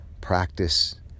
practice